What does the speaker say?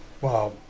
Wow